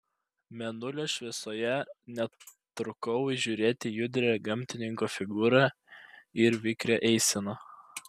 mėnulio šviesoje netrukau įžiūrėti judrią gamtininko figūrą ir vikrią eiseną